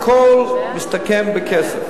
הכול מסתכם בכסף.